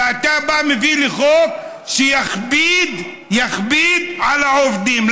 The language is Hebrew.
ואתה מביא לי חוק שיכביד, יכביד על העובדים.